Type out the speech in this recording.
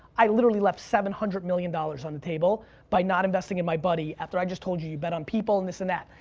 i literally left seven hundred million dollars on the table by not investing in my buddy after i just told you, you bet on people this and that.